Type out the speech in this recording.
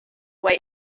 wait